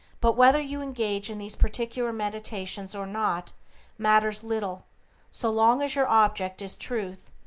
but whether you engage in these particular meditations or not matters little so long as your object is truth,